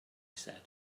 said